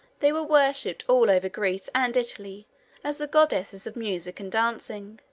they were worshiped all over greece and italy as the goddesses of music and dancing.